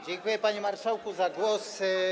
Dziękuję, panie marszałku, za głos.